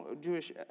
Jewish